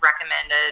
recommended